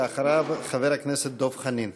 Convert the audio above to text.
אחריו, חבר הכנסת דב חנין.